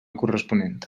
corresponent